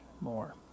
more